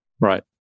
Right